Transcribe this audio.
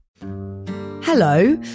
Hello